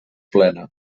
plena